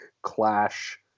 clash